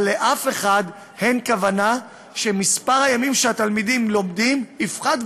אבל לאף אחד אין כוונה שמספר הימים שהתלמידים לומדים יפחת,